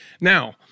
Now